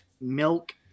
Milk